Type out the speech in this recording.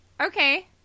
okay